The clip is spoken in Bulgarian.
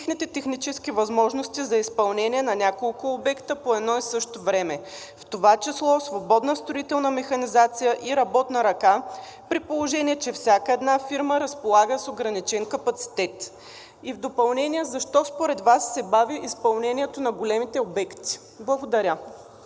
техните технически възможности за изпълнение на няколко обекта по едно и също време, в това число свободна строителна механизация и работна ръка, при положение че всяка една фирма разполага с ограничен капацитет? И в допълнение: защо според Вас се бави изпълнението на големите обекти? Благодаря.